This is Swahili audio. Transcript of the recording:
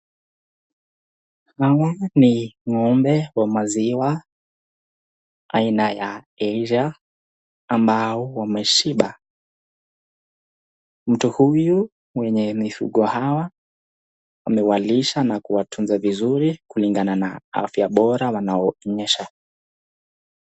Hawa ni ng'ombe wa maziwa aina ya Aryshire ambao wameshiba. Mtu huyu mwenye mifugo hawa amewalisha na kuwatunza vizuri kulingana na afya bora wanaonyesha.